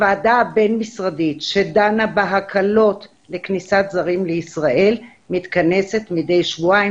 הוועדה הבין-משרדית שדנה בהקלות לכניסת זרים לישראל מתכנסת מדי שבועיים.